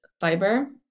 fiber